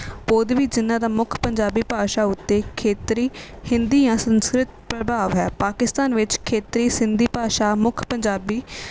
ਪੋਧਵੀ ਜਿਨ੍ਹਾਂ ਦਾ ਮੁੱਖ ਪੰਜਾਬੀ ਭਾਸ਼ਾ ਉੱਤੇ ਖੇਤਰੀ ਹਿੰਦੀ ਜਾਂ ਸੰਸਕ੍ਰਿਤ ਪ੍ਰਭਾਵ ਹੈ ਪਾਕਿਸਤਾਨ ਵਿੱਚ ਖੇਤਰੀ ਸਿੰਧੀ ਭਾਸ਼ਾ ਮੁੱਖ ਪੰਜਾਬੀ